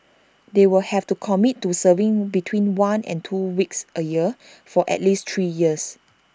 they will have to commit to serving between one and two weeks A year for at least three years